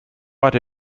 hatte